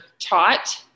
taught